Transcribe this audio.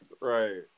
right